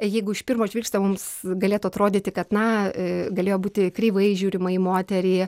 jeigu iš pirmo žvilgsnio mums galėtų atrodyti kad na galėjo būti kreivai žiūrima į moterį